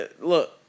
Look